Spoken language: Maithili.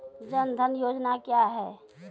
जन धन योजना क्या है?